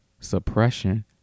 suppression